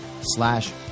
slash